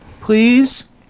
please